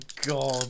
god